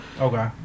Okay